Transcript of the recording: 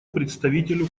представителю